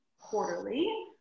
quarterly